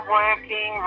working